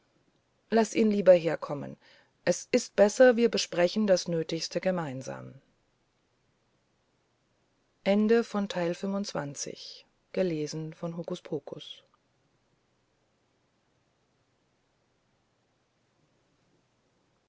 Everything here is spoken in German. laß ihn lieber herkommen es ist besser wir besprechen alles nötige gemeinsam